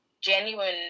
genuine